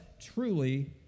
truly